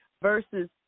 versus